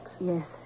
Yes